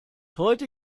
heute